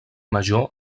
major